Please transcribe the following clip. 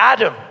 Adam